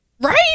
Right